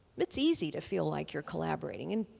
it's easy to feel like you're collaborating and,